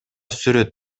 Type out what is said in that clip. сүрөт